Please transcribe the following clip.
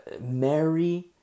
Mary